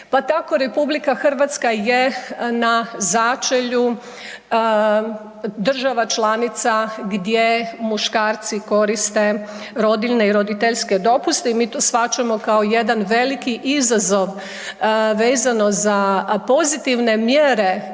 Pa tako RH je na začelju država članica gdje muškarci koriste rodiljne i roditeljske dopuste i mi to shvaćamo kao jedan veliki izazov vezano za pozitivne mjere